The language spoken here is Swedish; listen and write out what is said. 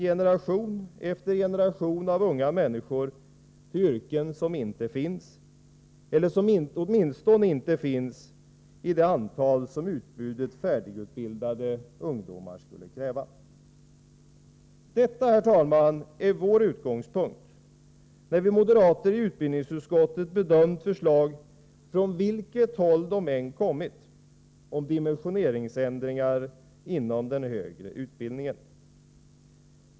Generation efter generation av unga människor utbildas till yrken som inte finns eller som åtminstone inte finns i det antal som utbudet av färdigutbildade ungdomar skulle kräva. Herr talman! Detta är utgångspunkten när vi moderater i utbildningsutskottet bedömt förslag — från vilket håll de än kommit — om dimensioneringsändringar inom den högre utbildningen.